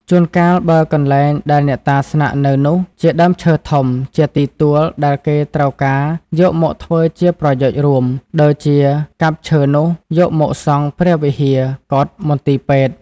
ជួនកាលបើកន្លែងដែលអ្នកតាស្នាក់នៅនោះជាដើមឈើធំ ជាទីទួលដែលគេត្រូវការយកមកធ្វើជាប្រយោជន៍រួម ដូចជាកាប់ឈើនោះយកមកសង់ ព្រះវិហារ កុដិ មន្ទីពេទ្យ។